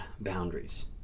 boundaries